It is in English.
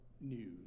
news